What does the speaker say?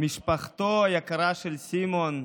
משפחתו היקרה של סימון,